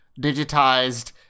digitized